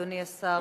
אדוני השר,